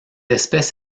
espèce